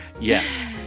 Yes